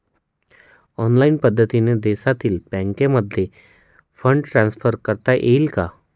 Online पद्धतीने देशातील बँकांमध्ये फंड ट्रान्सफर करता येईल का?